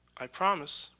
i promise,